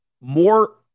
more